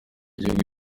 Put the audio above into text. gihugu